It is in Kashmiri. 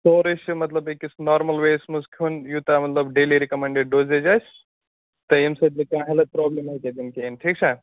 سورُے چھِ مطلب أکِس نارمَل وییَس منٛز کھٮ۪ون یوٗتاہ مطلب ڈیلی رِکَمینٛڈٕڈ ڈوزیج آسہِ تہٕ ییٚمہِ سۭتۍ نہٕ کانٛہہ ہیلٕتھ پرٛابلِم آسہِ گژھن کِہیٖنۍ ٹھیٖک چھا